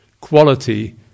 quality